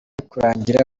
kurangira